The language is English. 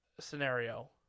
scenario